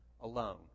alone